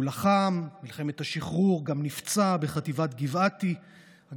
הוא לחם במלחמת השחרור בחטיבת גבעתי וגם נפצע,